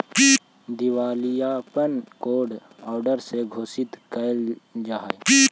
दिवालियापन court order से घोषित कैल जा हई